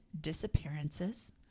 disappearances